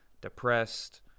depressed